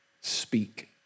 speak